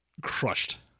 crushed